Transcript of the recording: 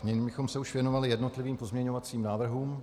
Nyní bychom se už věnovali jednotlivým pozměňovacím návrhům.